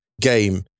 game